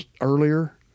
earlier